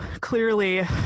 clearly